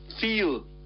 feel